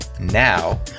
Now